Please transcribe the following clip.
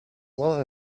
what